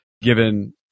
given